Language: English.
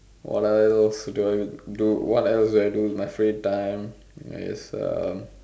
what are those what else do I do in my free time is um